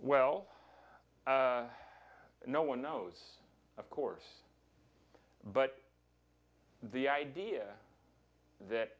well no one knows of course but the idea that